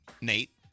Nate